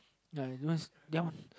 ya must ya